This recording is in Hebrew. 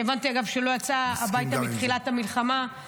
שהבנתי, אגב, שלא יצא הביתה מאז תחילת המלחמה.